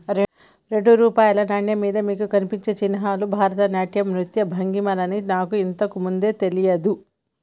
రెండు రూపాయల నాణెం మీద మీకు కనిపించే చిహ్నాలు భరతనాట్యం నృత్య భంగిమలని నాకు ఇంతకు ముందు తెలియదు